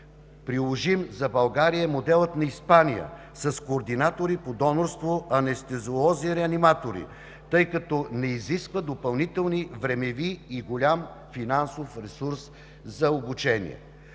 Приложим за България е моделът на Испания с координатори по донорство, анестезиолози-реаниматори, тъй като не изисква допълнителни времеви и голям финансов ресурс за обучение.